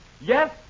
Yes